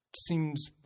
seems